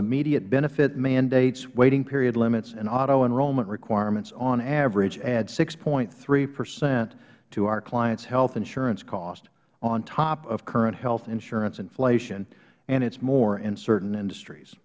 immediate benefit mandates waiting period limits and auto enrollment requirements on average add six point three percent to our clients health insurance costs on top of current health insurance inflation and it is more in certain industries